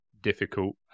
difficult